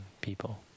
people